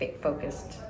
focused